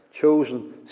chosen